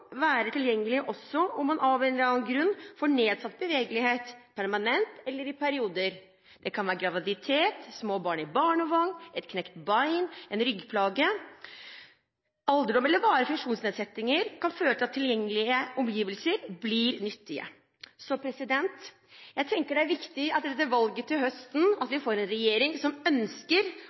være tilgjengelig også om man av en eller annen grunn får nedsatt bevegelighet permanent eller i perioder. Det kan være graviditet, små barn i barnevogn, et brukket bein, en ryggplage, alderdom eller varige funksjonsnedsettelser som fører til at tilgjengelige omgivelser blir nyttige. Jeg tenker det er viktig at vi etter valget til høsten får en regjering som ønsker